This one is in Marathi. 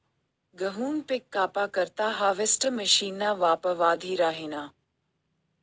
गहूनं पिक कापा करता हार्वेस्टर मशीनना वापर वाढी राहिना